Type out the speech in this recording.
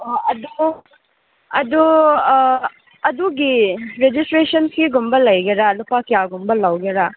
ꯑꯣ ꯑꯗꯨ ꯑꯗꯨ ꯑꯗꯨꯒꯤ ꯔꯦꯖꯤꯁꯇ꯭ꯔꯦꯁꯟ ꯐꯤꯒꯨꯝꯕ ꯂꯩꯒꯦꯔꯥ ꯂꯨꯄꯥ ꯀꯌꯥꯒꯨꯝꯕ ꯂꯧꯒꯦꯔꯥ